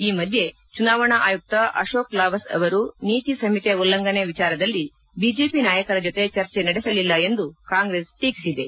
ಈ ಮಧ್ಯೆ ಚುನಾವಣಾ ಆಯುಕ್ತ ಅಶೋಕ್ ಲಾವಸ ಅವರು ನೀತಿ ಸಂಹಿತೆ ಉಲ್ಲಂಘನೆ ವಿಚಾರದಲ್ಲಿ ಬಿಜೆಪಿ ನಾಯಕರ ಜೊತೆ ಚರ್ಚೆ ನಡೆಸಲಿಲ್ಲ ಎಂದು ಕಾಂಗ್ರೆಸ್ ಟೀಕಿಸಿದೆ